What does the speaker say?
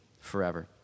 forever